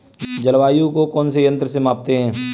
जलवायु को कौन से यंत्र से मापते हैं?